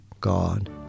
god